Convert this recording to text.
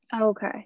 Okay